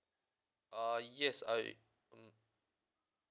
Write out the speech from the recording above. uh yes I mm